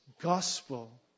gospel